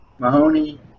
Mahoney